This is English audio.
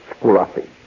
Scruffy